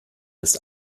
ist